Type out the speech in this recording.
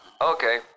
okay